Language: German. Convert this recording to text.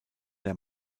der